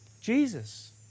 Jesus